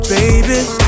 Baby